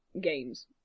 games